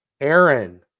Aaron